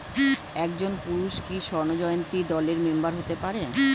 একজন পুরুষ কি স্বর্ণ জয়ন্তী দলের মেম্বার হতে পারে?